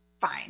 fine